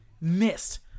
missed